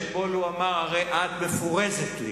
שאתמול הוא אמר: הרי את מפורזת לי.